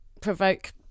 provoke